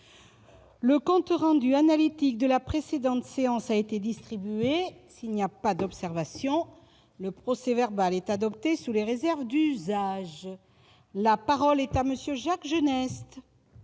Le compte rendu analytique de la précédente séance a été distribué. Il n'y a pas d'observation ?... Le procès-verbal est adopté sous les réserves d'usage. La parole est à M. Jacques Genest.